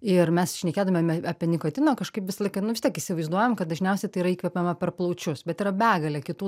ir mes šnekėdameme apie nikotiną kažkaip visą laiką nu vis tiek įsivaizduojam kad dažniausiai tai yra įkvepiama per plaučius bet yra begalė kitų